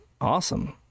awesome